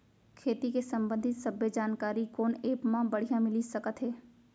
खेती के संबंधित सब्बे जानकारी कोन एप मा बढ़िया मिलिस सकत हे?